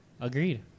Agreed